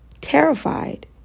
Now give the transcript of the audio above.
terrified